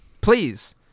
Please